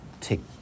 take